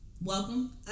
welcome